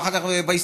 ואחר כך בהסתדרות,